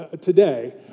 today